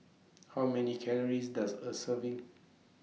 How Many Calories Does A Serving